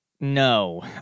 no